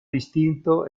distinto